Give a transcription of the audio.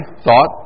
thought